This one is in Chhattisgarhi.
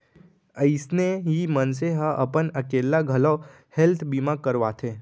अइसने ही मनसे ह अपन अकेल्ला घलौ हेल्थ बीमा करवाथे